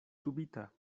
subita